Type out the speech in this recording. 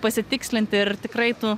pasitikslinti ir tikrai tu